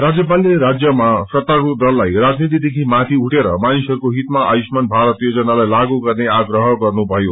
राज्यपालले राज्यामा सत्तारूढ दललाइ राजनीतिदेखि माथि एठेर मानिसहरूको हित आयुषमान भारत योजनालाई लागू गर्ने आग्रह गर्नुभयो